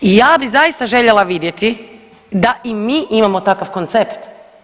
I ja bi zaista željela vidjeti da i mi imamo takav koncept.